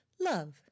love